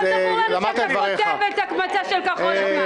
לא זכור לנו שאתה כותב את המצע של כחול לבן.